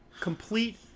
complete